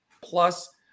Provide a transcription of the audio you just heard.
plus